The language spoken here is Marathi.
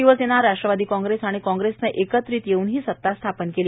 शिवसेना राष्ट्रवादी काँग्रेस आणि काँग्रेसनं एकत्रित येऊन ही सता स्थापन केली